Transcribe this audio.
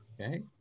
Okay